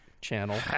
channel